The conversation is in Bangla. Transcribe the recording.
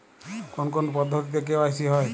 কোন কোন পদ্ধতিতে কে.ওয়াই.সি হয়?